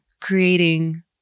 creating